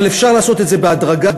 אבל אפשר לעשות את זה בהדרגה,